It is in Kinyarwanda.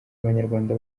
abanyarwanda